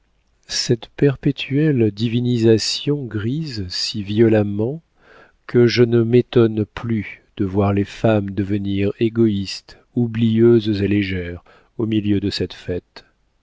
cette perpétuelle divinisation grise si violemment que je ne m'étonne plus de voir les femmes devenir égoïstes oublieuses et légères au milieu de cette fête